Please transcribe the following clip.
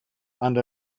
and